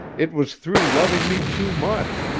it was through loving me too much,